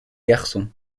garçon